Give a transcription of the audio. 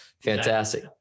Fantastic